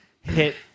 Hit